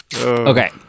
Okay